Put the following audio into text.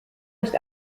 nicht